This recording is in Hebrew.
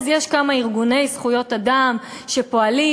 אז יש כמה ארגוני זכויות אדם שפועלים,